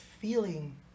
feeling